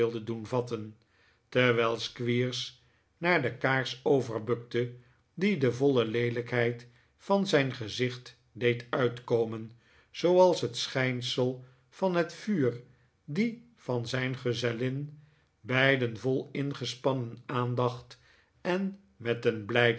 wilden doen vatten terwijl squeers naar de kaars overbukte die de voile leelijkheid van zijn gezicht deed uitkomen zooals het schijnsel van het vuur die van zijn gezellin beiden vol ingespannen aandacht en met een